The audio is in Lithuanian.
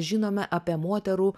žinome apie moterų